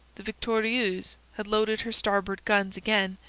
the victorieuse had loaded her starboard guns again,